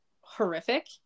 horrific